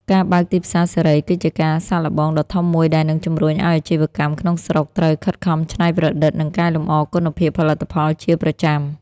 ការបើកទីផ្សារសេរី គឺជាការសាកល្បងដ៏ធំមួយដែលនឹងជំរុញឱ្យអាជីវកម្មក្នុងស្រុកត្រូវខិតខំច្នៃប្រឌិត និងកែលម្អគុណភាពផលិតផលជាប្រចាំ។